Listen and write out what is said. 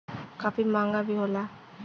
काफी महंगा भी होला